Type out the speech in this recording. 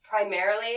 primarily